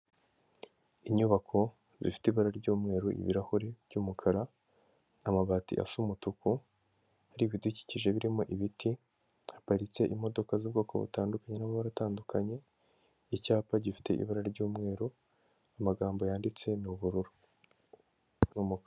Inyubako zifite ibara ry'umweru, ibirahuri by'umukara, amabati asa umutuku, hari ibidukikije birimo ibiti, haparitse imodoka z'ubwoko butandukanye, n'amabara aratandukanye, icyapa gifite ibara ry'umweru, amagambo yanditse ni ubururu.